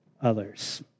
others